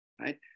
right